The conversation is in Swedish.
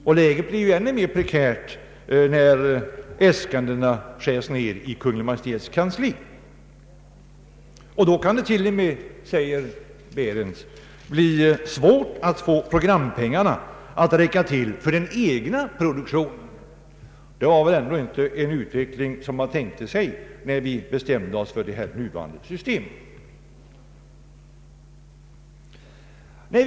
Och läget blir än mer prekärt när äskandena skärs ned av Kungl. Maj:ts kansli. Då kan det till och med, säger Baehrendtz, bli svårt att få programpengarna att räcka till för den egna produktionen. Det var väl ändå inte en utveckling som man tänkte sig, när vi bestämde oss för det nuvarande systemet.